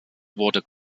wurde